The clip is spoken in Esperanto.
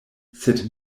sed